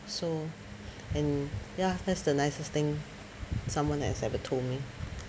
so and ya that's the nicest thing someone has ever told me